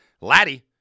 Laddie